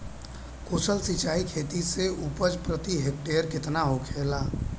कुशल सिंचाई खेती से उपज प्रति हेक्टेयर केतना होखेला?